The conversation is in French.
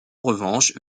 revanche